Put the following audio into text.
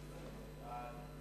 25,